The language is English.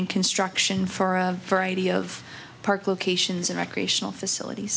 and construction for a variety of park locations and recreational facilit